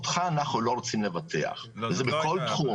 אותך אנחנו לא רוצים לבטח וזה בכל תחום.